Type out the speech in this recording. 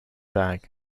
bag